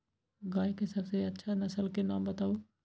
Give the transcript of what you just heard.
गाय के सबसे अच्छा नसल के नाम बताऊ?